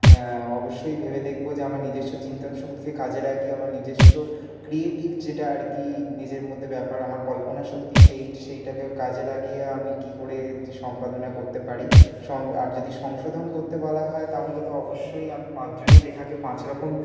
অবশ্যই ভেবে দেখবো যে আমার নিজেস্ব চিন্তনশক্তিকে কাজে লাগিয়ে আমার নিজেস্ব ক্রিয়েটিভ যেটা আর কি নিজের মধ্যে ব্যাপার আমার কল্পনাশক্তি সেই সেইটাকে কাজে লাগিয়ে আমি কি করে সম্পাদনা করতে পারি আর যদি সংশোধন করতে বলা হয় তাহলে তো অবশ্যই আমি পাঁচজনের লেখাকে পাঁচরকম